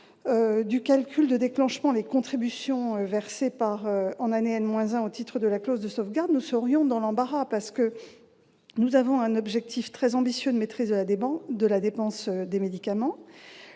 du calcul de déclenchement les contributions versées en année n-1 au titre de la clause de sauvegarde, nous serions dans l'embarras. Nous avons un objectif très ambitieux en matière de maîtrise de la dépense des médicaments.